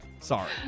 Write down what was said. Sorry